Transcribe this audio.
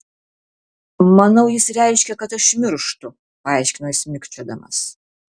manau jis reiškia kad aš mirštu paaiškino jis mikčiodamas